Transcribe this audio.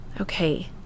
Okay